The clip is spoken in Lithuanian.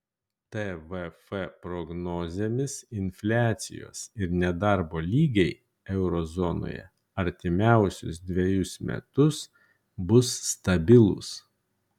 tvf prognozėmis infliacijos ir nedarbo lygiai euro zonoje artimiausius dvejus metus bus stabilūs